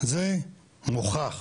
זה מוכח,